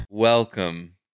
Welcome